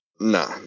Nah